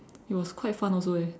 it was quite fun also eh